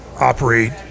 operate